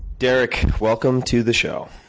derek, welcome to the show.